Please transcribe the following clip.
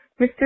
Mr